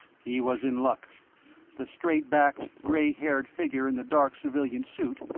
he was in luck the straight-backed gray-haired figure in the dark civilian suit,